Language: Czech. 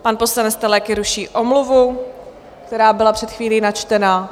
Pan poslanec Teleky ruší omluvu, která byla před chvílí načtena.